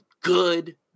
good